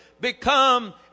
become